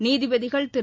நீதிபதிகள் திரு